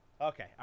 Okay